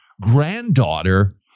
granddaughter